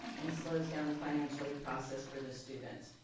it slows down the financial aid process for the students.